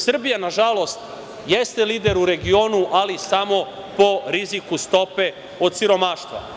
Srbija na žalost je lider u regionu, ali samo po riziku stope od siromaštva.